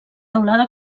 teulada